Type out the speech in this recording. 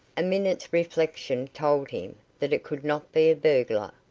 a minute's reflection told him that it could not be a burglar.